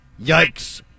Yikes